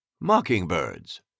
Mockingbirds